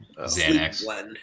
Xanax